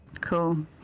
Cool